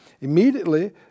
immediately